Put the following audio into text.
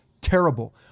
terrible